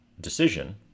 decision